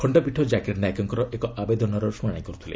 ଖଶ୍ତପୀଠ ଜାକିର ନାଏକଙ୍କ ଏକ ଆବେଦନର ଶୁଣାଣି କରୁଥିଲେ